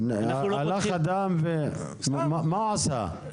הלך אדם מה הוא עשה?